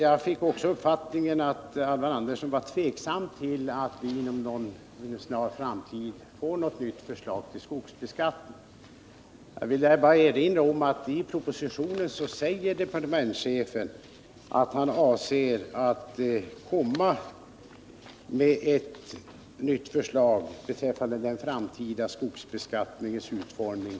Jag fick också den uppfattningen att Alvar Andersson var tveksam när det gäller möjligheterna att inom en snar framtid få ett förslag till ny skogsbeskattning. Jag vill bara erinra om att departementschefen i propositionen säger, att han avser att inom en snar framtid lägga fram ett nytt förslag beträffande den framtida skogsbeskattningens utformning.